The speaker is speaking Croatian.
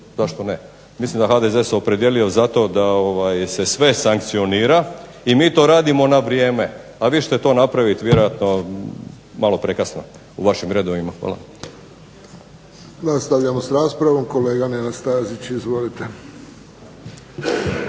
zašto ne. mislim da se HDZ opredijelio zato da se sve sankcionira i mi to radimo na vrijeme. A vi ćete to napraviti vjerojatno malo prekasno u vašim redovima. Hvala. **Friščić, Josip (HSS)** Nastavljamo s raspravom, kolega Nenad Stazić. Izvolite.